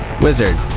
Wizard